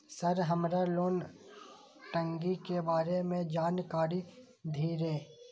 Sir हमरा loan टंगी के बारे में जान कारी धीरे?